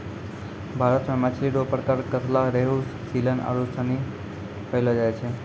भारत मे मछली रो प्रकार कतला, रेहू, सीलन आरु सनी पैयलो जाय छै